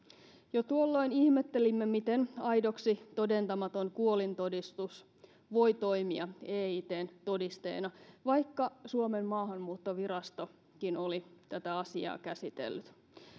jo tuolloin ihmettelimme miten aidoksi todentamaton kuolintodistus voi toimia eitn todisteena vaikka suomen maahanmuuttovirastokin oli tätä asiaa käsitellyt